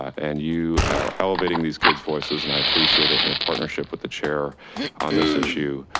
and you are elevating these kids voices, and i appreciate it, and your partnership with the chair on this issue